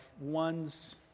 one's